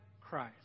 Christ